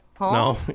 No